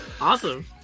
Awesome